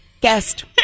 guest